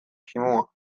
kimua